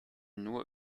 nur